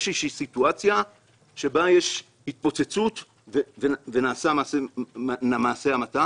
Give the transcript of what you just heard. יש סיטואציה שבה יש התפוצצות ונעשה מעשה המתה,